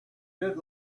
good